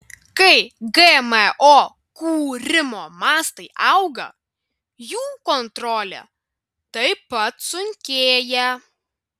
kai gmo kūrimo mastai auga jų kontrolė taip pat sunkėja